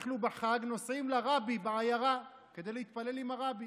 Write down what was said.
אנחנו בחג נוסעים לרבי בעיירה כדי להתפלל עם הרבי.